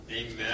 Amen